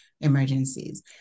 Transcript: emergencies